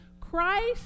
Christ